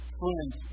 friends